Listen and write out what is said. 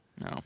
No